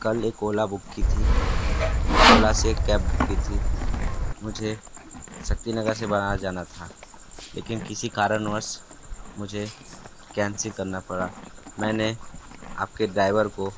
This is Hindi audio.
कल एक ओला बुक की थी ओला से एक कैब की थी मुझे शक्तिनगर से बनारस जाना था लेकिन किसी कारणवश मुझे कैंसिल करना पड़ा मैंने आपके ड्राइवर को